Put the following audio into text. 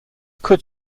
could